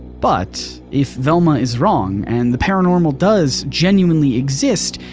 but if velma is wrong and the paranormal does genuinely exist,